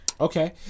Okay